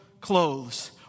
clothes